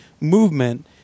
movement